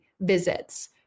visits